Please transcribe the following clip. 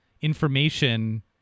information